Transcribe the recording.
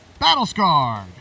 Battlescarred